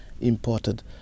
imported